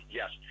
yes